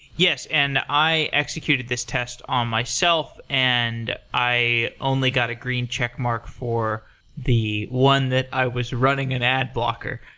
yes, and i executed this test on myself, and i only got a green check mark for the one that i was running an ad blocker.